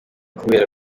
kubera